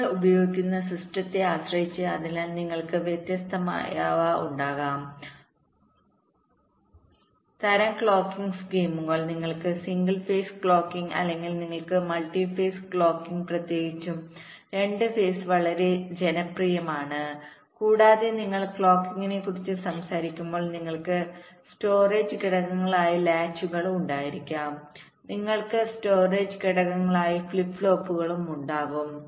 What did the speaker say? നിങ്ങൾ ഉപയോഗിക്കുന്ന സിസ്റ്റത്തെ ആശ്രയിച്ച് അതിനാൽ നിങ്ങൾക്ക് വ്യത്യസ്തമായവ ഉണ്ടാകാം തരം ക്ലോക്കിംഗ് സ്കീമുകൾ നിങ്ങൾക്ക് സിംഗിൾ ഫേസ് ക്ലോക്കിംഗ് അല്ലെങ്കിൽ നിങ്ങൾക്ക് മൾട്ടി ഫേസ് ക്ലോക്കിംഗ് പ്രത്യേകിച്ചും രണ്ട് ഫേസ് വളരെ ജനപ്രിയമാണ് കൂടാതെ നിങ്ങൾ ക്ലോക്കിംഗിനെക്കുറിച്ച് സംസാരിക്കുമ്പോൾ നിങ്ങൾക്ക് സ്റ്റോറേജ് ഘടകങ്ങളായി ലാച്ചുകൾ ഉണ്ടായിരിക്കാം നിങ്ങൾക്ക് സ്റ്റോറേജ് ഘടകങ്ങളായി ഫ്ലിപ്പ് ഫ്ലോപ്പുകളും ഉണ്ടാകും